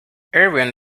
irwin